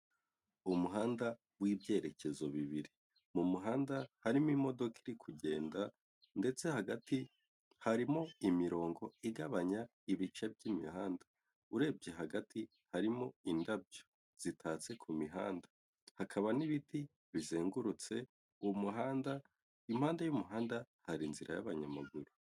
Umuhanda w'ibyerekezo bibiri, mu muhanda harimo imodoka iri kugenda ndetse hagati harimo imirongo igabanya ibice by'imihanda urebye hagati harimo indabyo zitatse ku mihanda, hakaba n'ibiti bizengurutse uwo muhanda impande y'umuhanda hari inzira y'abanyamaguru.